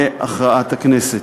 להכרעת הכנסת,